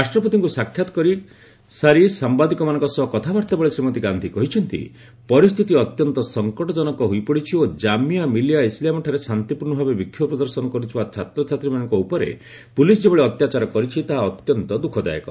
ରାଷ୍ଟ୍ରପତିଙ୍କୁ ସାକ୍ଷାତ କରିସାରି ସାମ୍ଭାଦିକମାନଙ୍କ ସହ କଥାବାର୍ତ୍ତା ବେଳେ ଶ୍ରୀମତୀ ଗାନ୍ଧି କହିଛନ୍ତି ପରିସ୍ଥିତି ଅତ୍ୟନ୍ତ ସଂକଟଜନକ ହୋଇପଡ଼ିଛି ଓ କାମିଆ ମିଲିଆ ଇସଲାମିଆଠାରେ ଶାନ୍ତିପୂର୍ଣ୍ଣ ଭାବେ ବିକ୍ଷୋଭ ପ୍ରଦର୍ଶନ କରୁଥିବା ଛାତ୍ରଛାତ୍ରୀମାନଙ୍କ ଉପରେ ପୁଲିସ୍ ଯେଭଳି ଅତ୍ୟାଚାର କରିଛି ତାହା ଅତ୍ୟନ୍ତ ଦୁଃଖଦାୟକ